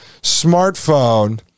smartphone